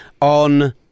on